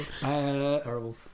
Terrible